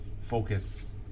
focus